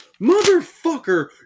Motherfucker